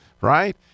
right